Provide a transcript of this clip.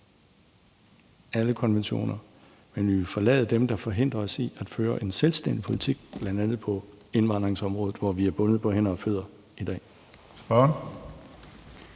alle konventioner, men vi vil forlade dem, der forhindrer os i at føre en selvstændig politik, bl.a. på indvandringsområdet, hvor vi er bundet på hænder og fødder i dag.